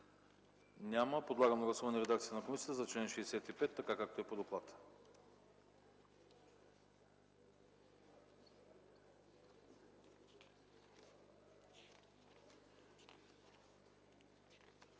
Няма. Подлагам на гласуване редакцията на комисията за чл. 67, така както е по доклада.